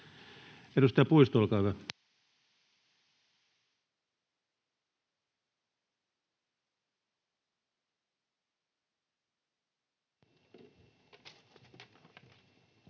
Edustaja Puisto, olkaa hyvä.